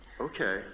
okay